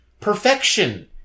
perfection